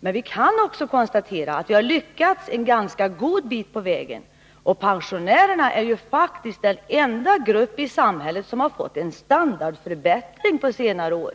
Vi kan också konstatera att vi har lyckats komma en ganska god bit på vägen. Pensionärerna är faktiskt den enda grupp i samhället som har fått en standardförbättring på senare år.